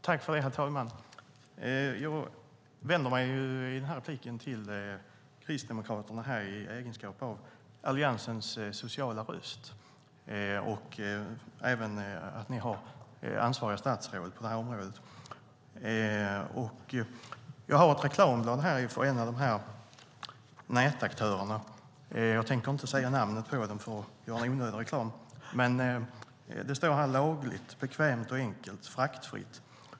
Herr talman! Jag vänder mig i den här repliken till Kristdemokraterna i egenskap av Alliansens sociala röst, och ni har även ansvariga statsråd på området. Jag har här ett reklamblad från en av dessa nätaktörer. Jag tänker inte säga namnet på den för att inte göra onödig reklam. Det står här: Lagligt, bekvämt, enkelt och fraktfritt.